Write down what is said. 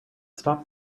stop